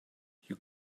you